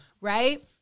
right